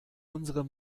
unsere